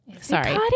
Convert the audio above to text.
Sorry